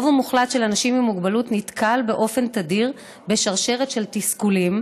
הרוב המוחלט של אנשים עם מוגבלות נתקלים באופן תדיר בשרשרת של תסכולים